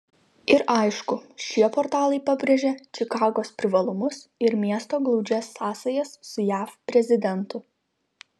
ir aišku šie portalai pabrėžia čikagos privalumus ir miesto glaudžias sąsajas su jav prezidentu